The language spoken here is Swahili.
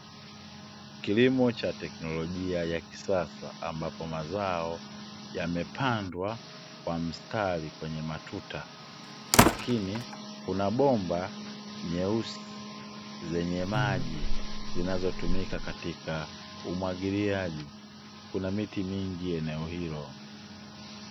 Kilimo cha teknolojia ya kisasa ambapo mazao yamepandwa kwa mstari kwenye matuta. Lakini kuna bomba nyeusi zenye maji zinazotumika katika umwagiliaji. Kuna miti mingi eneo hilo.